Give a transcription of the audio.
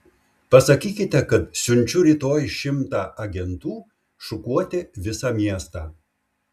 pasakykite kad siunčiu rytoj šimtą agentų šukuoti visą miestą